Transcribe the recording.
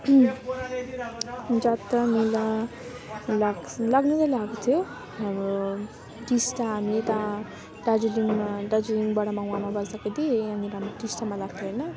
जता मेला लाग लाग्नु त लाग्थ्यो अब टिस्टा हामी दार दार्जिलिङमा दार्जिलिङ बडा मङमायामा बस्दाखेरि यहाँनिर टिस्टामा लाग्थ्यो होइन